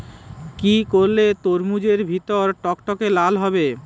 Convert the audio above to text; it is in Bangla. কি করলে তরমুজ এর ভেতর টকটকে লাল হবে?